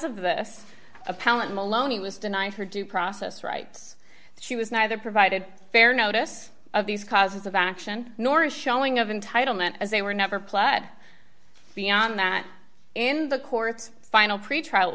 of this appellant maloney was denied her due process rights she was neither provided fair notice of these causes of action nor a showing of entitlement as they were never plaid beyond that in the courts final pretrial